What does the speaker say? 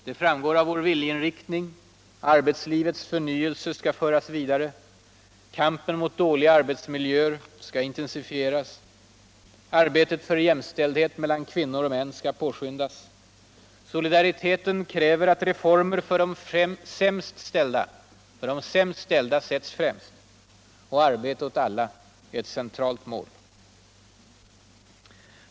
Det framgår av vår viljeinriktning. Arbetslivets förnyelse skall föras vidare. Kampen mot dåliga arbetsmiljöer skall intensifteras. Arbetet för jämställdhet mellan kvinnor och män skall påskyndas. Solidariteten kräver att reformer för de sämst ställda sätts främst. Arbete åt alla är ett centralt mäål.